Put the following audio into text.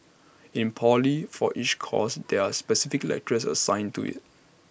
in poly for each course there are specific lecturers assigned to IT